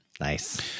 Nice